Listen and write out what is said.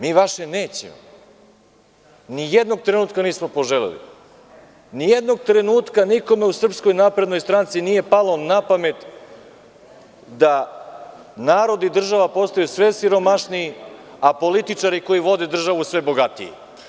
Mi vaše nećemo, nijednog trenutka nismo poželeli, nijednog trenutka nikome u SNS nije palo na pamet da narod i država postaju sve siromašiniji, a političari koji vode državu sve bogatiji.